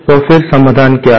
तो फिर समाधान क्या है